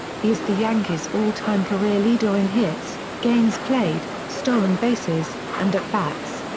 he is the yankees' all-time career leader in hits, games played, stolen bases, and at bats.